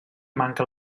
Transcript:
manca